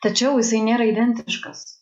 tačiau jisai nėra identiškas